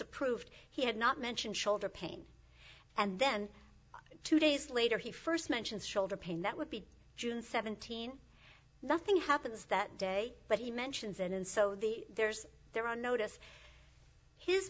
approved he had not mentioned shoulder pain and then two days later he first mentions shoulder pain that would be june seventeenth nothing happens that day but he mentions and so the there's there are notice his